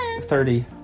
Thirty